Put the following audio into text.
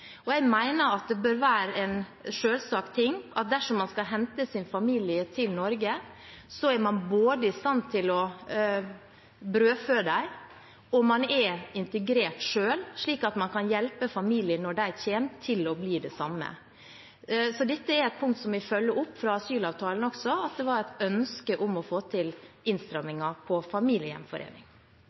Jeg mener at det bør være en selvsagt ting at dersom man skal hente sin familie til Norge, er man i stand til å brødfø dem, og man er integrert selv, slik at man kan hjelpe familien når den kommer, til å bli det samme. Så dette er et punkt vi følger opp fra asylavtalen også, der det var et ønske om å få til innstramminger på